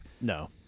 No